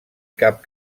cap